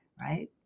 right